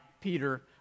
Peter